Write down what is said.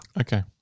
Okay